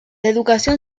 educación